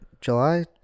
July